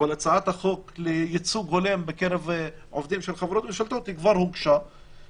אבל הצעת החוק לייצוג הולם בקרב עובדים של חברות ממשלתיות כבר הוגשה,